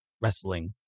wrestling